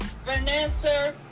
Vanessa